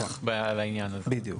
בדיוק.